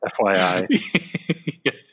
FYI